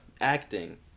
Acting